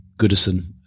Goodison